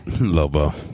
Lobo